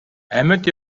амьд